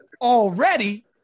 already